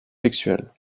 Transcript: sexuel